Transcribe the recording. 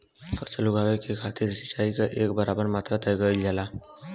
फसल उगावे के खातिर सिचाई क एक बराबर मात्रा तय कइल जाला